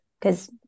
because-